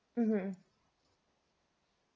mmhmm